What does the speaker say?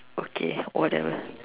okay whatever